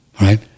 Right